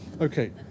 okay